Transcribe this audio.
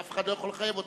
אף אחד לא יכול לחייב אותך.